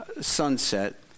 sunset